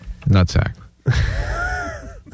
Nutsack